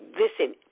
Listen